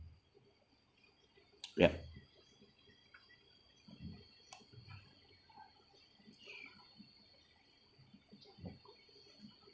yup